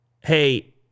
hey